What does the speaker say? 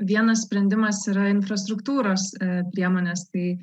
vienas sprendimas yra infrastruktūros priemonės tai